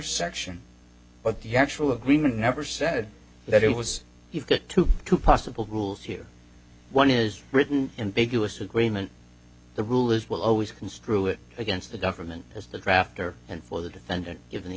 section but the actual agreement never said that it was you get to two possible rules here one is written in big us agreement the rule is will always construe it against the government as the drafter and for the defendant given the